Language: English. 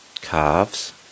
Calves